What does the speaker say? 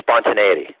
spontaneity